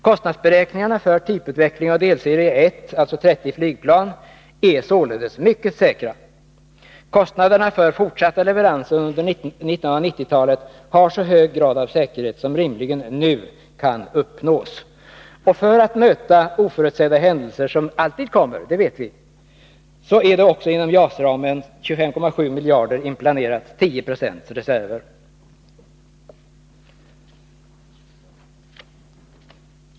Kostnadsberäkningarna för typutveckling av delserie 1, alltså 30 flygplan, är således mycket säkra. Kostnaderna för fortsatta leveranser under 1990-talet har så hög grad av säkerhet som rimligen nu kan uppnås. För att möta oförutsedda händelser, som alltid inträffar — det vet vi — är det också inom JAS-ramen på 25,7 miljarder inplanerat 10 96 reserver.